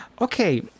Okay